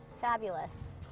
Fabulous